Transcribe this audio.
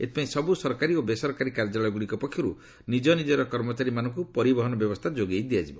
ଏଥିପାଇଁ ସବୁ ସରକାରୀ ଓ ବେସରକାରୀ କାର୍ଯ୍ୟାଳୟଗୁଡ଼ିକ ପକ୍ଷରୁ ନିଜ ନିଜର କର୍ମଚାରୀମାନଙ୍କୁ ପରିବହନ ବ୍ୟବସ୍ଥା ଯୋଗାଇ ଦିଆଯିବ